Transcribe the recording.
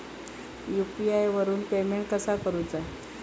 UPI वरून payment कसा करूचा?